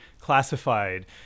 classified